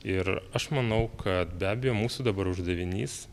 ir aš manau kad be abejo mūsų dabar uždavinys